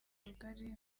rugari